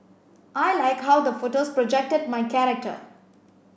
I like how the photos projected my character